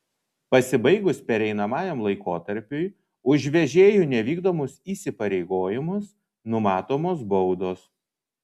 pasibaigus pereinamajam laikotarpiui už vežėjų nevykdomus įsipareigojimus numatomos baudos